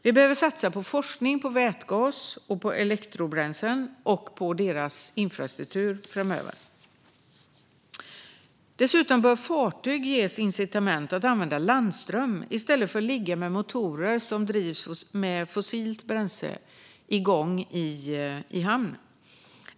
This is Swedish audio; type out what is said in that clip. Vi behöver satsa på forskning om vätgas och elektrobränslen och deras infrastruktur framöver. Dessutom bör fartyg ges incitament att använda landström i stället för att ligga med motorer som drivs med fossilt bränsle igång i hamn.